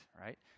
right